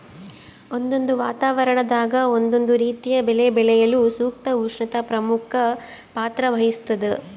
ಒಂದೊಂದು ವಾತಾವರಣದಾಗ ಒಂದೊಂದು ರೀತಿಯ ಬೆಳೆ ಬೆಳೆಯಲು ಸೂಕ್ತ ಉಷ್ಣತೆ ಪ್ರಮುಖ ಪಾತ್ರ ವಹಿಸ್ತಾದ